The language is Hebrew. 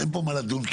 אין פה מה לדון,